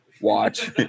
Watch